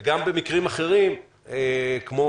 וגם במקרים אחרים כמו